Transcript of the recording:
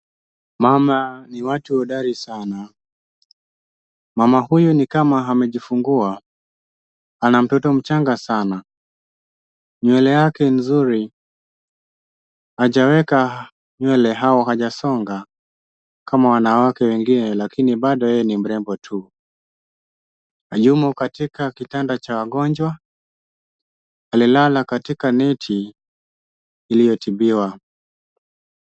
Mama ni watu hodari sana. Mama huyu ni kama amejifungua, ana mtoto mchanga sana. Nywele yake nzuri, hajaweka nywele au hajasonga kama wanawake wengine, lakini bado yeye ni mrembo tu. Yumo katika kitanda cha wagonjwa, alilala katika neti iliyotibiwa.